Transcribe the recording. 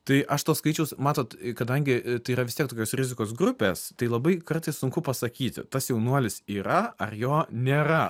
tai aš to skaičiaus matot kadangi tai yra vis tiek tokios rizikos grupės tai labai kartais sunku pasakyti tas jaunuolis yra ar jo nėra